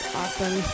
awesome